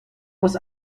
aus